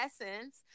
Essence